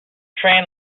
train